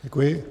Děkuji.